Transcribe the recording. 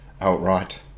outright